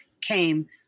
came